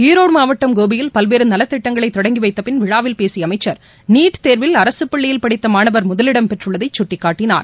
ஈரோடு மாவட்டம் கோபியில் பல்வேறு நலத்திட்டங்களை தொடங்கி வைத்திபின் விழாவில் பேசிய அமைச்சர் நீட் தேர்வில் அரசு பள்ளியில் படித்த மாணவர் முதலிடம் பெற்றுள்ளதை கட்டிக்காட்டினார்